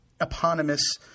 eponymous